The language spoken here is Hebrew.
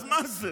אז מה זה?